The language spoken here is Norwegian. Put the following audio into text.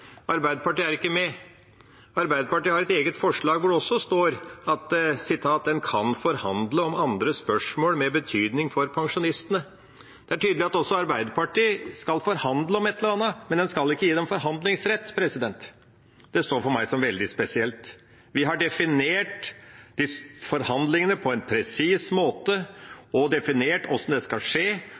Arbeiderpartiet er ikke med. Arbeiderpartiet har et eget forslag, hvor det også står at man «kan forhandle om andre spørsmål med betydning for pensjonistene». Det er tydelig at også Arbeiderpartiet skal forhandle om et eller annet, men en skal ikke gi pensjonistene forhandlingsrett. Det står for meg som veldig spesielt. Vi har definert forhandlingene på en presis måte og definert hvordan det skal skje,